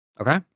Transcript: Okay